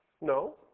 No